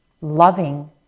loving